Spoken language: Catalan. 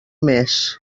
mes